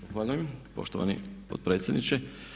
Zahvaljujem poštovani potpredsjedniče.